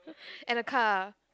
and a car